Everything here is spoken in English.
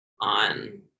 on